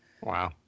Wow